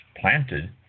planted